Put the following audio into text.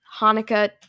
Hanukkah